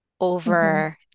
over